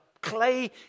clay